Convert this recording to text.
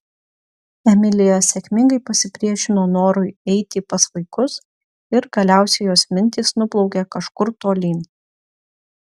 emilija sėkmingai pasipriešino norui eiti pas vaikus ir galiausiai jos mintys nuplaukė kažkur tolyn